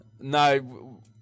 No